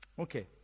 Okay